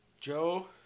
Joe